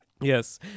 yes